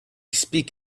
speak